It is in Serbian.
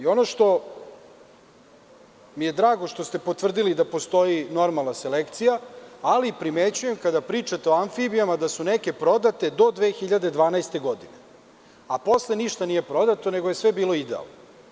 Ono što mi je drago što ste potvrdili da postoji normalna selekcija, ali primećujem kada pričate o amfibijama, da su neke prodate do 2012. godine, a posle ništa nije prodato, nego je sve bilo idealno.